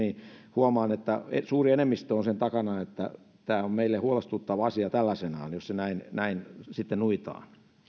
huomaan että suuri enemmistö on sen takana että tämä on meille huolestuttava asia tällaisenaan jos se näin sitten nuijitaan